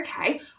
okay